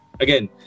Again